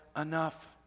enough